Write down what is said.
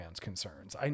concerns